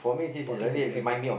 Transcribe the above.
spotting the difference eh